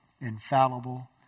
infallible